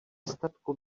statku